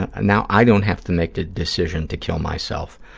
ah ah now i don't have to make the decision to kill myself.